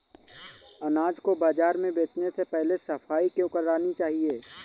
अनाज को बाजार में बेचने से पहले सफाई क्यो करानी चाहिए?